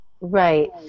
Right